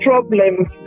Problems